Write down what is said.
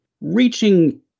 reaching